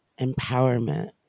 empowerment